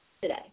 today